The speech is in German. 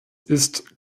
ist